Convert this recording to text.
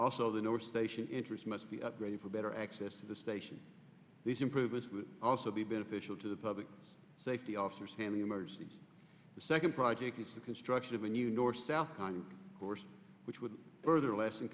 also the newer station interest must be upgraded for better access to the station these improvements would also be beneficial to the public safety officer standing emergencies the second project is the construction of a new north south kind of course which would further less